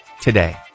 today